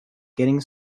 getting